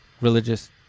religious